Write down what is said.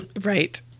Right